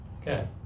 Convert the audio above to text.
Okay